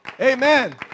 Amen